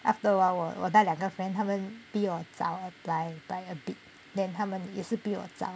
after awhile 我我带两个 friend 他们逼我找 apply apply a bit then 他们也是逼我找